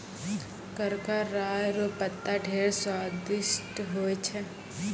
करका राय रो पत्ता ढेर स्वादिस्ट होय छै